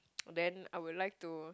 then I will like to